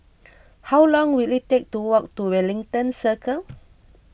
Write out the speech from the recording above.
how long will it take to walk to Wellington Circle